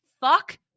fuck